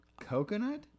Coconut